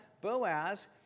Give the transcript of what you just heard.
Boaz